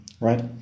right